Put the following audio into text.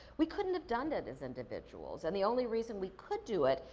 we couldn't have done it as individuals, and the only reason we could do it,